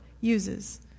uses